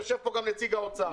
יושב פה גם נציג משרד האוצר.